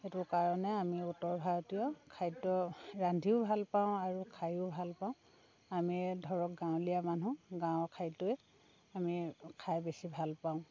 সেইটো কাৰণে আমি উত্তৰ ভাৰতীয় খাদ্য ৰান্ধিও ভাল পাওঁ আৰু খায়ো ভাল পাওঁ আমি ধৰক গাঁৱলীয়া মানুহ গাঁৱৰ খাদ্যই আমি খাই বেছি ভাল পাওঁ